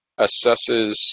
assesses